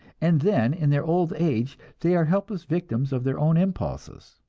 and then in their old age they are helpless victims of their own impulses.